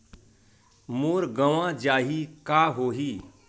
मोर गंवा जाहि का होही?